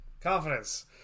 Confidence